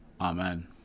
Amen